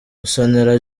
musonera